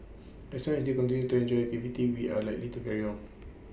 as long as they continue to enjoy the activity we are likely to carry on